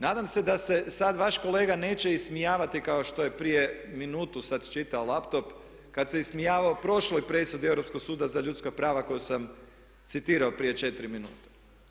Nadam se da se sad vaš kolega neće ismijavati kao što je prije minutu, sad čita laptop, kad se ismijavao prošloj presudi Europskog suda za ljudska prava koju sam citirao prije 4 minute.